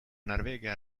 норвегия